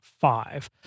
five